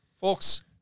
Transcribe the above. Folks